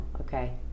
okay